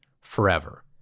forever